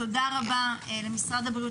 תודה רבה למשרד הבריאות,